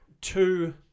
Two